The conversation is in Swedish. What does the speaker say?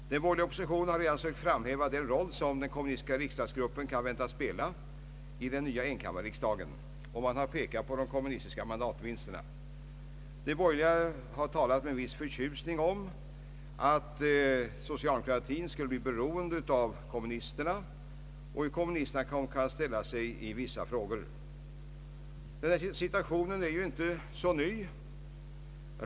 Den borgerliga oppositionen har redan sökt framhäva den roll som den kommunistiska riksdagsgruppen kan väntas spela i den nya enkammarriksdagen. Man har pekat på de kommunistiska mandatvinsterna. De borgerliga har med en viss förtjusning talat om att socialdemokratin skulle bli beroende av kommunisterna och hur kommunister na kan komma att ställa sig i vissa frågor. Situationen är inte så ny.